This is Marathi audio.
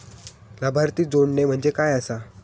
लाभार्थी जोडणे म्हणजे काय आसा?